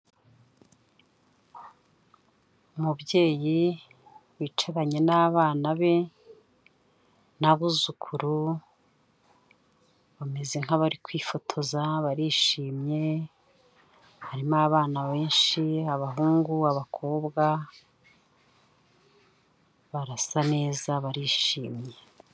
Umubyeyi w'icaranye n'abana be n'abuzukuru bameze nk'abari kwifotoza barishimye, harimo abana benshi abahungu, abakobwa barasa neza barishimye.